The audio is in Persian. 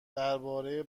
درباره